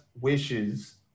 wishes